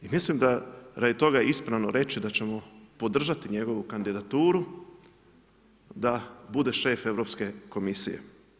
I mislim da radi toga je ispravno reći, da ćemo podržati njegovu kandidaturu, da bude šef Europske komisije.